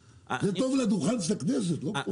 זה טוב לדוכן של הכנסת, לא פה.